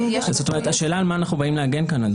השאלה על מה אנחנו באים להגן כאן.